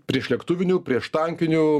priešlėktuvinių prieštankinių